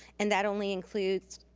and that only includes,